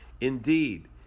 Indeed